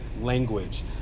language